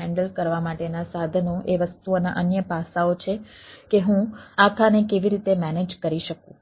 handle કરવા માટેના સાધનો એ વસ્તુઓના અન્ય પાસાઓ છે કે હું આખાને કેવી રીતે મેનેજ કરી શકું